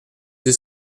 deux